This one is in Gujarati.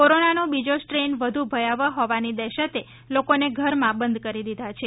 કોરોનાનો બીજો સ્ટ્રેન વધુ ભયાવહ હોવાની દહેશતે લોકોને ઘરમાં બંધ દીધા છે